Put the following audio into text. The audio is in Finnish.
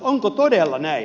onko todella näin